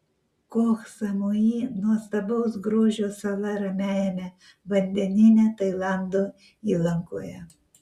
koh samui nuostabaus grožio sala ramiajame vandenyne tailando įlankoje